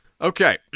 Okay